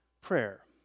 Prayer